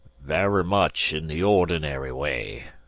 vara much in the ordinary way,